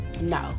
no